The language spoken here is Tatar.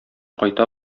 кайта